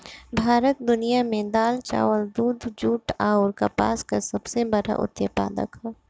भारत दुनिया में दाल चावल दूध जूट आउर कपास का सबसे बड़ा उत्पादक ह